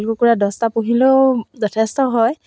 মাক মই শিকাই দিবলৈ কৈছিলোঁ